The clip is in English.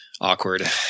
awkward